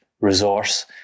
resource